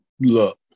Look